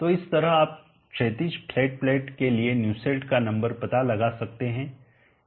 तो इस तरह आप क्षैतिज फ्लैट प्लेट के लिए न्यूसेल्ट का नंबर पता लगा सकते हैं